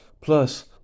plus